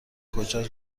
کجا